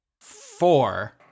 Four